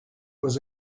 was